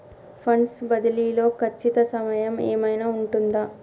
Funds బదిలీ లో ఖచ్చిత సమయం ఏమైనా ఉంటుందా?